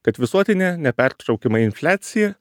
kad visuotinė nepertraukiama infliacija